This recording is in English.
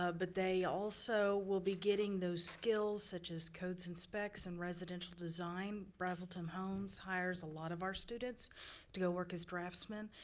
but they also will be getting those skills such as codes and specs in residential design. braselton homes hires a lot of our students to go work as draftsman.